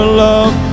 love